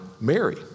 Mary